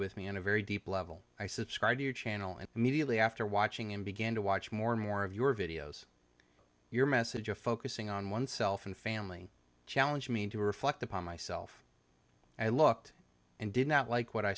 with me in a very deep level i subscribe to your channel and immediately after watching him begin to watch more and more of your videos your message of focusing on oneself and family challenge me to reflect upon myself i looked and did not like what i